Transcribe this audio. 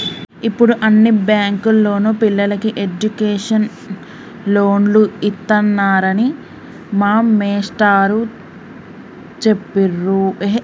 యిప్పుడు అన్ని బ్యేంకుల్లోనూ పిల్లలకి ఎడ్డుకేషన్ లోన్లు ఇత్తన్నారని మా మేష్టారు జెప్పిర్రు